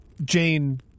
Jane